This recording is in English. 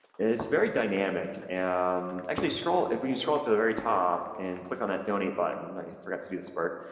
it's very dynamic, and um actually scroll, if we can scroll up to the very top and click on that donate button. i forgot to do this part.